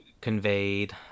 conveyed